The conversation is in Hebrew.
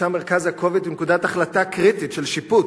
ששם מרכז הכובד ונקודת החלטה קריטית של שיפוט.